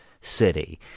City